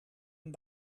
een